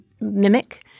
mimic